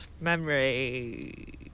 Memory